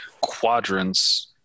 quadrants